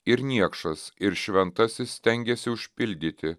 ir niekšas ir šventasis stengiasi užpildyti